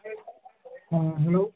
হ্যাঁ হ্যালো